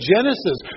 Genesis